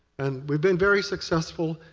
and we've been very successful.